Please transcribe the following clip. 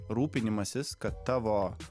rūpinimasis kad tavo